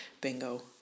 Bingo